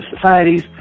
societies